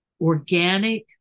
organic